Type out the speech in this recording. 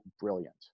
brilliant